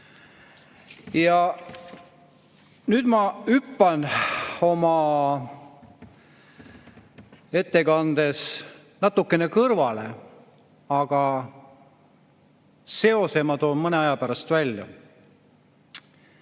Nüüd ma hüppan oma ettekandes natukene kõrvale, aga seose ma toon mõne aja pärast välja.